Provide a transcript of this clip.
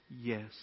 yes